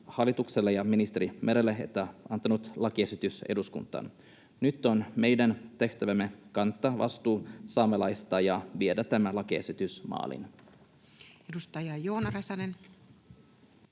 hallitukselle ja ministeri Merelle, että he ovat antaneet lakiesityksen eduskuntaan. Nyt on meidän tehtävämme kantaa vastuu saamelaisista ja viedä tämä lakiesitys maaliin. Edustaja, anteeksi,